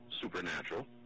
supernatural